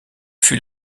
fut